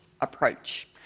approach